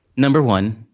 no. one,